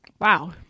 Wow